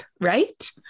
right